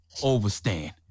overstand